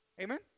Amen